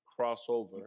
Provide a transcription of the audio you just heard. crossover